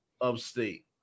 upstate